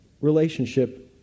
relationship